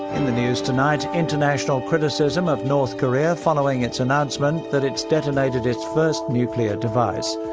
in the news tonight, international criticism of north korea following its announcement that it's detonated its first nuclear device.